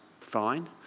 fine